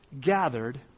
gathered